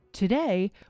Today